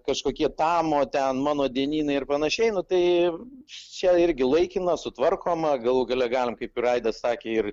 kažkokie tamo ten mano dienynai ir panašiai tai čia irgi laikina sutvarkoma galų gale galim kaip ir aidas sakė ir